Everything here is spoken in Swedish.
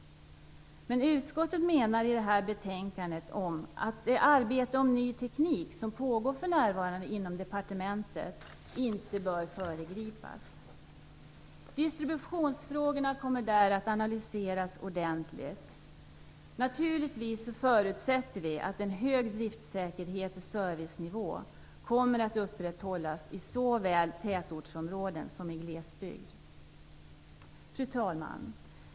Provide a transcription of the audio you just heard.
Men utskottet menar i detta betänkande att det arbete om ny teknik som pågår för närvarande inom departementet inte bör föregripas. Distributionsfrågorna kommer där att analyseras ordentligt. Naturligtvis förutsätter vi att en hög driftssäkerhet och servicenivå kommer att upprätthållas såväl i tätortsområden som i glesbygd. Fru talman!